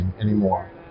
anymore